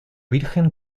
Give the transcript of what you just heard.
virgen